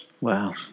Wow